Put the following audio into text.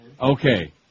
Okay